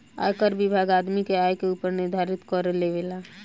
आयकर विभाग आदमी के आय के ऊपर निर्धारित कर लेबेला